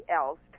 else